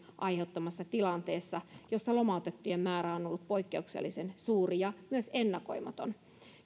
aiheuttamassa tilanteessa jossa lomautettujen määrä on on ollut poikkeuksellisen suuri ja myös ennakoimaton